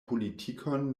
politikon